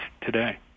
today